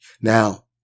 Now